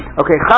okay